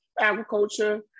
Agriculture